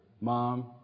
Mom